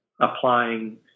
applying